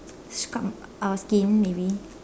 scrub our skin maybe